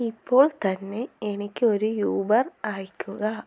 ഇപ്പോൾ തന്നെ എനിക്ക് ഒരു യൂബർ അയയ്ക്കുക